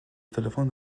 تلفن